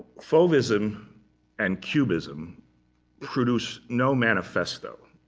fauvism and cubism produce no manifesto.